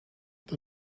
the